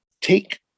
take